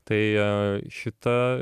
tai šita